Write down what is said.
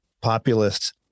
populist